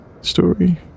story